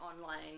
online